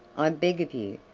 i beg of you,